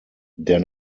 der